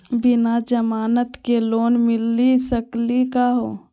बिना जमानत के लोन मिली सकली का हो?